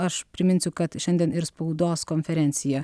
aš priminsiu kad šiandien ir spaudos konferencija